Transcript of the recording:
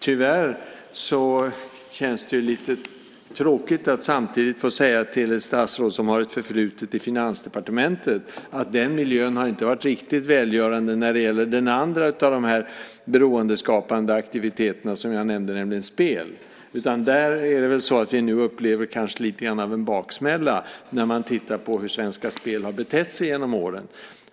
Det känns lite tråkigt att samtidigt få säga till ett statsråd som har ett förflutet i Finansdepartementet att den miljön inte har varit riktigt välgörande när det gäller den andra av de här beroendeskapande aktiviteterna som jag nämnde, nämligen spel. Där är det väl så att vi nu kanske upplever något av en baksmälla när man tittar på hur Svenska Spel har betett sig genom åren.